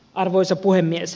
arvoisa puhemies